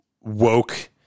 woke